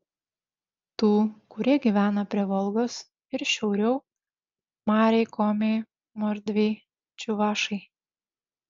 tų kurie gyvena prie volgos ir šiauriau mariai komiai mordviai čiuvašai